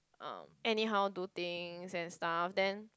uh anyhow do things and stuff then